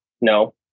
No